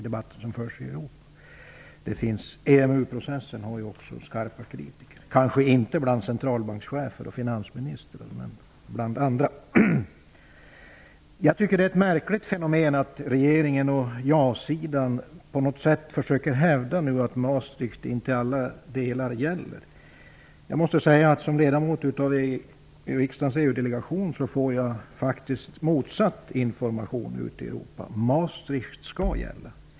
EMU-processen har också skarpa kritiker, kanske inte bland centralbankschefer och finansministrar men bland andra människor. Det är ett märkligt fenomen att regeringen och jasidan nu på något sätt försöker hävda att Maastrichtavtalet inte gäller i alla delar. Jag måste som ledamot i riksdagens EU-delegation säga att jag faktiskt får motsatt information ute i Europa, nämligen att Maastrichtavtalet skall gälla.